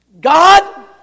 God